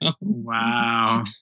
Wow